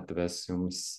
atves jums